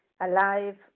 alive